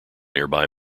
nearby